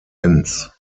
enns